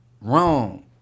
wrong